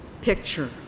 Picture